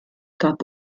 gab